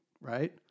right